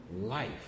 life